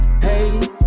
Hey